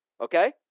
Okay